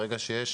ברגע שיש